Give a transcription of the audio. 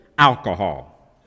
Alcohol